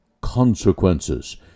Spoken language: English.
consequences